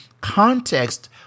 context